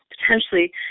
potentially